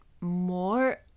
more